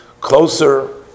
closer